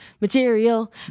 material